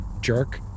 jerk